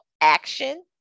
action